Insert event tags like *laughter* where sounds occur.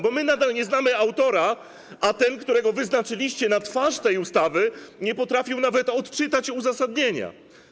Bo my nadal nie znamy autora, *applause* a ten, którego wyznaczyliście na twarz tej ustawy, nie potrafił nawet odczytać uzasadnienia.